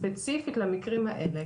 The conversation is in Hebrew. ספציפית למקרים האלה,